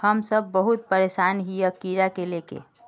हम सब बहुत परेशान हिये कीड़ा के ले के?